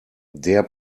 der